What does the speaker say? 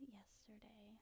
yesterday